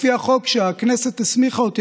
לפי החוק שבו הכנסת הסמיכה אותי,